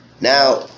Now